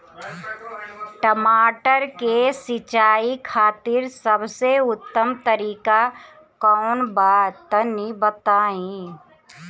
टमाटर के सिंचाई खातिर सबसे उत्तम तरीका कौंन बा तनि बताई?